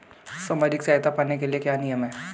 सामाजिक सहायता पाने के लिए क्या नियम हैं?